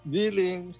dealing